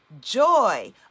joy